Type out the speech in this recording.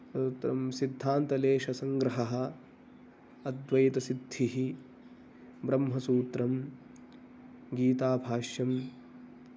तदुत्तरं सिद्धान्तलेशसङ्ग्रहः अद्वैतसिद्धिः ब्रह्मसूत्रं गीताभाष्यं